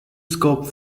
scope